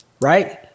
Right